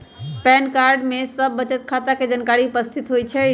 pan card में सभ बचत खता के जानकारी उपस्थित होइ छइ